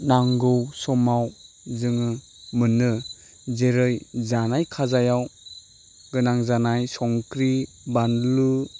नांगौ समाव जोङो मोनो जेरै जानाय खाजायाव गोनां जानाय संख्रि बानलु